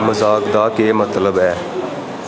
मजाक दा केह् मतलब ऐ